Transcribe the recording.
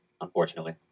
unfortunately